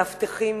מאבטחים,